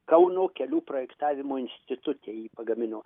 kauno kelių projektavimo institute jį pagamino